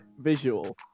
visual